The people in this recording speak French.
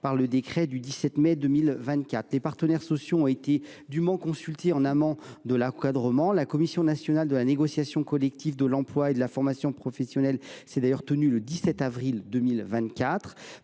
qui en porte application. Les partenaires sociaux ont été dûment consultés en amont de l’encadrement. La Commission nationale de la négociation collective, de l’emploi et de la formation professionnelle (CNNCEFP) s’est d’ailleurs tenue le 17 avril 2024.